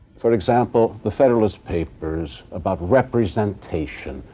for example, the federalist papers about representation,